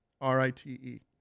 R-I-T-E